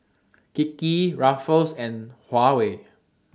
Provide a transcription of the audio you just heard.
Kiki Ruffles and Huawei